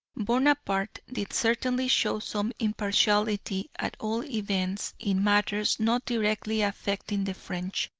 bonaparte did certainly show some impartiality at all events in matters not directly affecting the french.